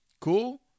cool